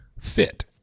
fit